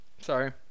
sorry